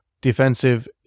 Defensive